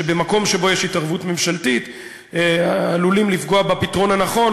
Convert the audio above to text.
שבמקום שבו יש התערבות ממשלתית עלולים לפגוע בפתרון הנכון,